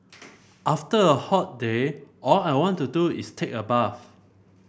after a hot day all I want to do is take a bath